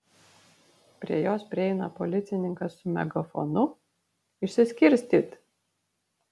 prie jos prieina policininkas su megafonu išsiskirstyt